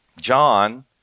John